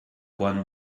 one